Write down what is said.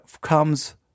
comes